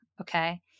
okay